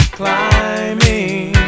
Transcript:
climbing